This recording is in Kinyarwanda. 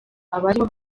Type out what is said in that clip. abariho